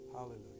Hallelujah